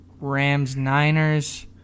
Rams-Niners